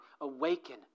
awaken